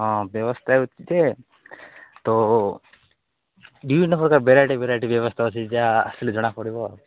ହଁ ବ୍ୟବସ୍ଥା ଅଛି ଯେ ତ ବିଭିନ୍ନ ପ୍ରକାର ଭେରାଇଟ୍ ଭେରାଇଟ୍ ବ୍ୟବସ୍ତା ଅଛି ଯାହା ଆସିଲେ ଜଣା ପଡ଼ିବ ଆଉ